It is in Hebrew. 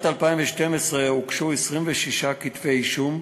3. בשנת 2012 הוגשו 26 כתבי-אישום,